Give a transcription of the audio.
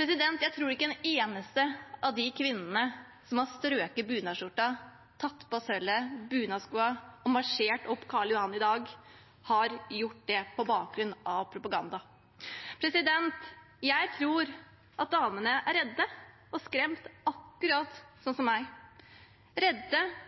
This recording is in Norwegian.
Jeg tror ikke en eneste av de kvinnene som har strøket bunadsskjorta, tatt på seg sølvet og bunadsskoene og marsjert opp Karl Johan i dag, har gjort det på bakgrunn av propaganda. Jeg tror at damene er redde og skremt, akkurat sånn som meg – redde